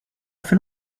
fait